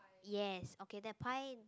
yes okay that pie the